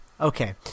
Okay